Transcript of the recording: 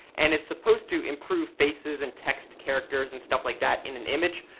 and is supposed to improve faces and text characters and stuff like that in an image,